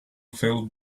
filled